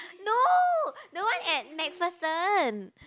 no the one at MacPherson